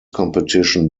competition